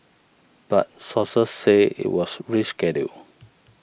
but sources said it was rescheduled